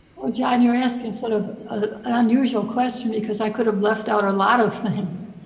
oh, john, you're asking sort of unusual question, because i could have left out a lot of things.